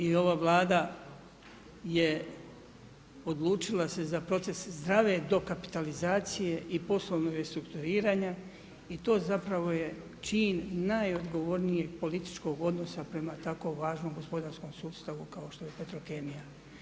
I ova Vlada je odlučila se za proces zdrave dokapitalizacije i poslovnog restrukturiranja i to zapravo je čin najodgovornijeg političkog odnosa prema tako važnom gospodarstvom sustavu kao što je Petrokemija.